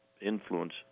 influence